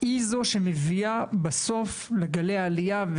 היא זו שמביאה בסוף לגלי עלייה.